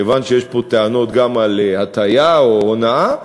כיוון שיש פה טענות גם על הטעיה או הונאה,